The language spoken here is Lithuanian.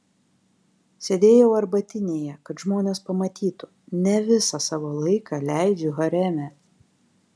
sėdėjau arbatinėje kad žmonės pamatytų ne visą savo laiką leidžiu hareme